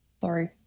sorry